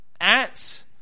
Ants